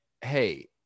hey